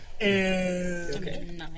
okay